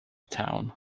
town